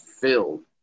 filled